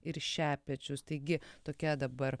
ir šepečius taigi tokia dabar